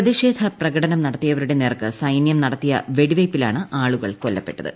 പ്രതിഷേധ പ്രകടനം നടത്തിയവരുടെ നേർക്ക് സൈന്യം നടത്തിയ വെടിവയ്പ്പിലാണ് ആളുകൾ കൊല്ലപ്പെട്ടത്